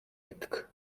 байдаг